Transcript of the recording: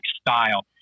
style